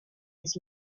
his